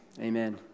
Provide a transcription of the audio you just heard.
Amen